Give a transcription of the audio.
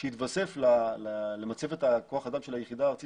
שיתווסף למצב את כוח האדם של היחידה הארצית